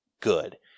good